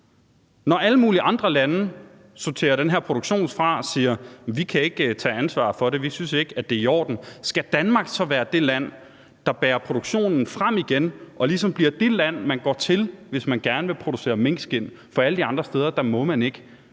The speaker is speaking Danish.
når alle mulige andre lande sorterer den her produktion fra og siger: Vi kan ikke tage ansvar for det, vi synes ikke, at det er i orden? Skal Danmark så være det land, der bærer produktionen frem igen og ligesom bliver det land, man går til, hvis man gerne vil producere minkskind, for alle de andre steder må man det